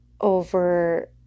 over